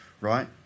right